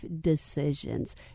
decisions